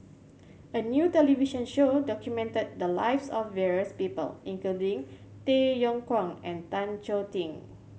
a new television show documented the lives of various people including Tay Yong Kwang and Tan Choh Tee